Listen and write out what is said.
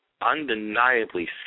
undeniably